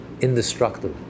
indestructible